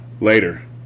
Later